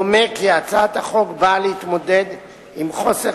דומה כי הצעת החוק באה להתמודד עם חוסר